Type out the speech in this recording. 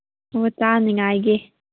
ꯑꯣ ꯆꯥꯅꯤꯉꯥꯏꯒꯤ